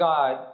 God